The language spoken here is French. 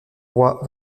roi